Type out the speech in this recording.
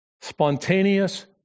Spontaneous